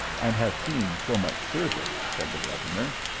and have seen so much service, said the governor,